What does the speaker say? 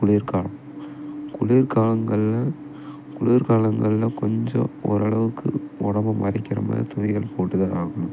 குளிர்காலம் குளிர்காலங்களில் குளிர்காலங்களில் கொஞ்சம் ஓரளவுக்கு உடம்பு மறைக்கிற மாதிரி துணிகள் போட்டு தான் ஆகணும்